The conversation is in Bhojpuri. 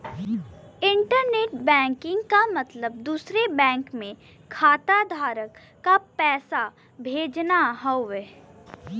इण्टरनेट बैकिंग क मतलब दूसरे बैंक में खाताधारक क पैसा भेजना हउवे